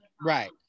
Right